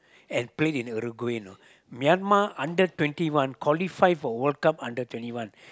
and play in Uruguay you know Myanmar under twenty one qualify for World-Cup under twenty one